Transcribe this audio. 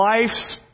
life's